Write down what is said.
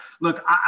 Look